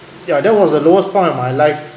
yeah that was the lowest point of my life